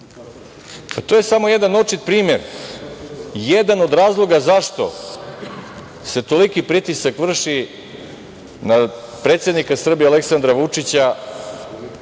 To je samo jedan očit primer, jedan od razloga zašto se toliki pritisak vrši na predsednika Srbije Aleksandra Vučića,